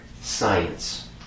science